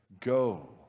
go